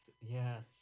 Yes